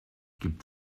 gibt